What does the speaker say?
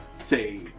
say